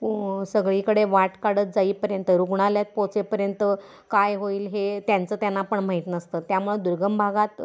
कू सगळीकडे वाट काढत जाईपर्यंत रुग्णालयात पोचेपर्यंत काय होईल हे त्यांचं त्यांना पण माहीत नसतं त्यामुळं दुर्गम भागात